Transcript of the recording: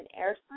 air